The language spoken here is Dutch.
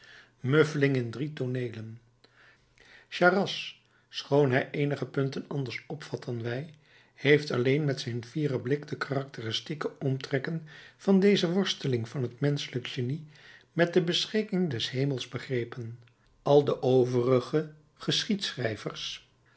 muffling in drie tooneelen charras schoon hij eenige punten anders opvat dan wij heeft alleen met zijn fieren blik de karakteristieke omtrekken van deze worsteling van t menschelijk genie met de beschikking des hemels begrepen al de overige